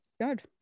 Good